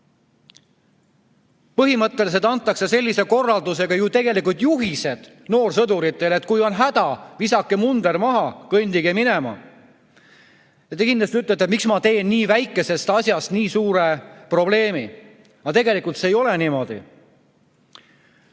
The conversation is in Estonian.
Põhimõtteliselt antakse sellise korraldusega ju tegelikult noorsõduritele juhis, et kui on häda, visake munder maha, kõndige minema. Te kindlasti ütlete, miks ma teen nii väikesest asjast nii suure probleemi, aga tegelikult see ei ole niimoodi.